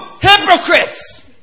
hypocrites